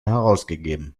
herausgegeben